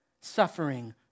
suffering